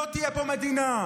לא תהיה פה מדינה,